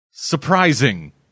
surprising